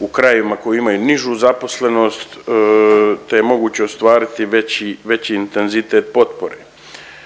u krajevima koji imaju nižu zaposlenost te je moguće ostvariti veći intenzitet potpore.